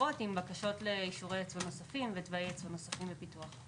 הקרובות עם בקשות לאישור ייצוא נוספים ותוואי ייצוא נוספים לפיתוח.